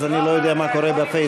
אז אני לא יודע מה קורה בפייסבוק.